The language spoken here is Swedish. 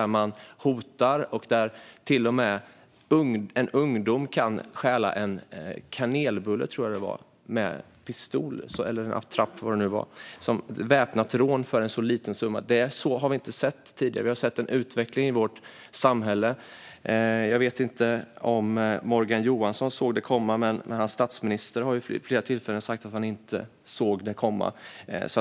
Man hotar, och en ungdom kan till och med stjäla en kanelbulle - tror jag att det var - med hjälp av en pistol eller en attrapp. Ett väpnat rån för en så liten summa har vi inte sett tidigare. Vi har sett en sådan utveckling i vårt samhälle. Jag vet inte om Morgan Johansson såg den komma, men hans statsminister har vid flera tillfällen sagt att han inte gjorde det.